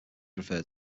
referred